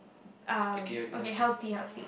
um okay healthy healthy